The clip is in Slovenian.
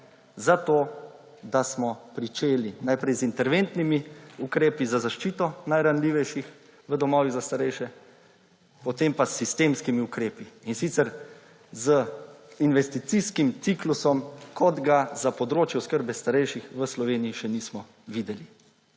za to, da smo pričeli najprej z interventnimi ukrepi za zaščito najranljivejših v domovih za starejše, potem pa s sistemskimi ukrepi in sicer z investicijskim ciklusom kot ga za področje oskrbe starejših v Sloveniji še nismo videli.